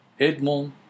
Edmond